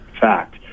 fact